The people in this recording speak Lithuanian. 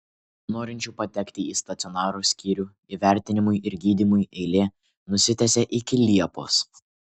norinčių patekti į stacionaro skyrių įvertinimui ir gydymui eilė nusitęsė iki liepos